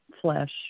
flesh